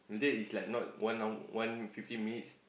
late is like not one hour one fifteen minutes